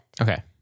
Okay